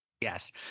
Yes